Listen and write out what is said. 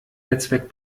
netzwerk